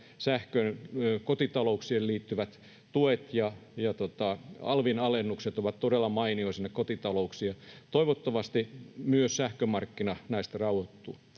sähkön kotitalouksiin liittyvät tuet ja alvin alennukset ovat todella mainiot sinne kotitalouksiin, ja toivottavasti myös sähkömarkkina näistä rauhoittuu.